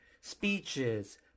speeches